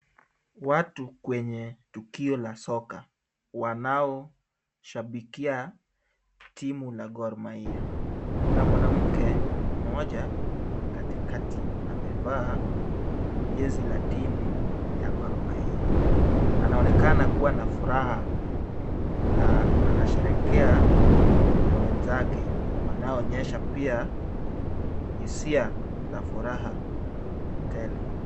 Watu kwenye tukio la soka wanaoshabikia timu na Gor Mahia. Kuna mwanamke mmoja katikati amevaa jezi la timu ya Gor Mahia. Anaonekana kuwa na furaha na anasherehekea na wenzake wanaoonyesha pia hisia za furaha tele.